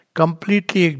completely